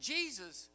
Jesus